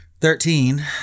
Thirteen